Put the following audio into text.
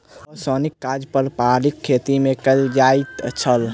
ओसौनीक काज पारंपारिक खेती मे कयल जाइत छल